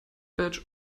batch